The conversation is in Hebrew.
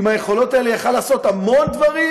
עם היכולות האלה הוא יכול היה לעשות המון דברים,